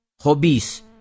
hobbies